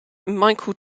michael